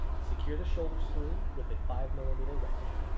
secure the shoulder screw with a five millimeter wrench.